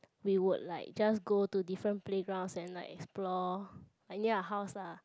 we would like just go to different playgrounds then like explore like near our house lah